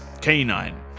canine